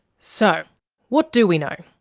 so what do we know?